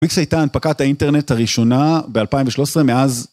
מיקס הייתה הנפקת האינטרנט הראשונה ב-2013, מאז...